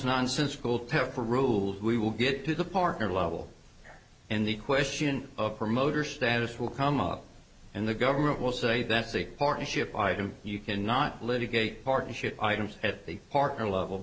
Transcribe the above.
nonsensical tepper rules we will get to the parker level and the question of promoter status will come up and the government will say that's a partnership item you can not litigate partnership items at the partner level